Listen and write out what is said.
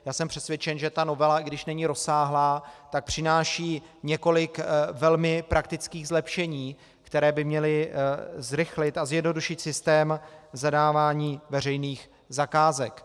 Já jsem přesvědčen, že ta novela, i když není rozsáhlá, přináší několik velmi praktických zlepšení, která by měla zrychlit a zjednodušit systém zadávání veřejných zakázek.